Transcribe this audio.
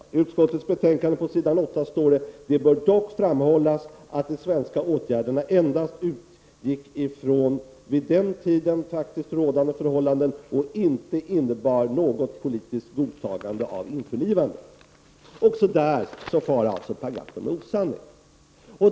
I utskottets betänkande, på s. 8, står det: ”Det bör dock framhållas att de svenska åtgärderna endast utgick från vid den tiden faktiskt rådande förhållanden och inte innebar något politiskt godtagande av införlivandet.” Också där far alltså Per Gahrton med osanning.